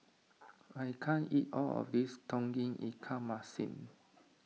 I can't eat all of this Tauge Ikan Masin